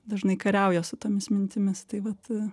dažnai kariauja su tomis mintimis tai vat